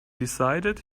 decided